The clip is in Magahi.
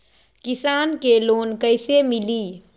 किसान के लोन कैसे मिली?